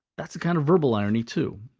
that's a kind of verbal irony too.